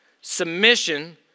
Submission